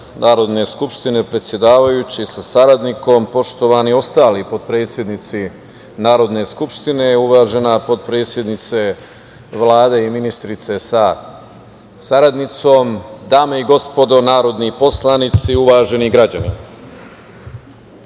Narodne skupštine, predsedavajući sa saradnikom, poštovani ostali potpredsednici Narodne skupštine, uvažena potpredsednice Vlade i ministrice sa saradnicom, dame i gospodo narodni poslanici, uvaženi građani,